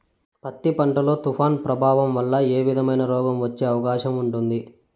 పత్తి పంట లో, తుఫాను ప్రభావం వల్ల ఏ విధమైన రోగం వచ్చే అవకాశం ఉంటుంది?